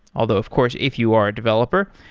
although of course if you are a developer,